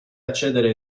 accedere